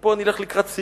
ופה אני הולך לקראת סיום